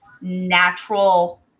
natural